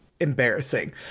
embarrassing